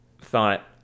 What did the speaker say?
thought